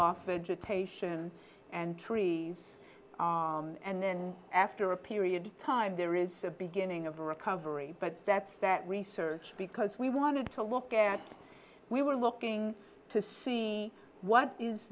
off education and trees and then after a period of time there is a beginning of recovery but that's that research because we wanted to look at we were looking to see what is